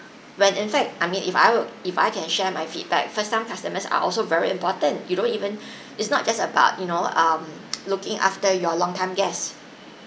when in fact I mean if I were if I can share my feedback first time customers are also very important you don't even it's not just about you know um looking after your long time guests